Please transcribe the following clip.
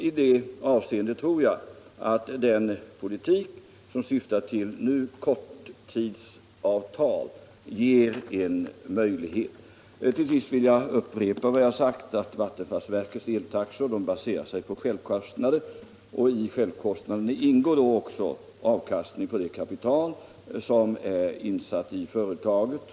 I det avseendet tror jag att den politik som syftar till korttidsavtal ger en möjlighet. Till sist vill jag upprepa att vattenfallsverkets eltaxor baserar sig på självkostnader. Däri ingår då också avkastning på det kapital som är insatt i företagen.